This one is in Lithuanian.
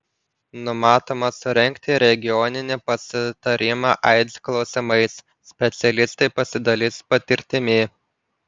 numatoma surengti regioninį pasitarimą aids klausimais specialistai pasidalys patirtimi